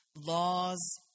laws